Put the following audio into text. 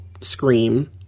Scream